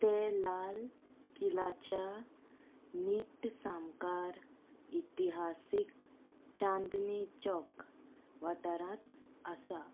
ते लाल किलाच्या नीट सामकार इतिहासीक चांदनी चौक वाठारांत आसा